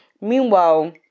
Meanwhile